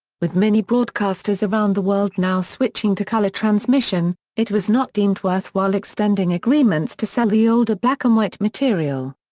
with many broadcasters around the world now switching to colour transmission, it was not deemed worthwhile extending agreements to sell the older black-and-white material.